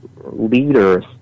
leaders